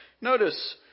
Notice